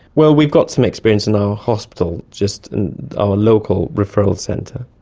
well, we've got some experience in our hospital just in our local referral centre,